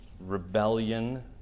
Rebellion